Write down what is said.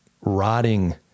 rotting